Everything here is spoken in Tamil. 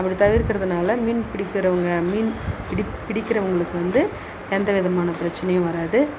அப்படி தவிர்க்கிறதுனால் மீன் பிடிக்கிறவங்க மீன் பிடிக்கிறவர்களுக்கு வந்து எந்த விதமான பிரச்சினையும் வராது